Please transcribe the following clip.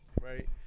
right